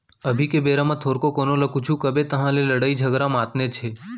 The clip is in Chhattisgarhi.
अभी के बेरा म थोरको कोनो ल कुछु कबे तहाँ ले लड़ई झगरा मातनेच हे